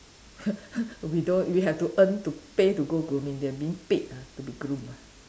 we don't we have to earn to pay to go grooming they are being paid ah to be groomed ah